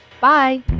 Bye